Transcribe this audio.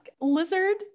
Lizard